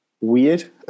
weird